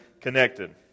connected